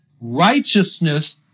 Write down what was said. righteousness